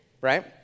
right